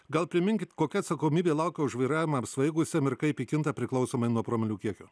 gal priminkit kokia atsakomybė laukia už vairavimą apsvaigusiam ir kaip ji kinta priklausomai nuo promilių kiekio